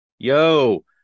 Yo